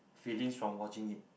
feelings from watching it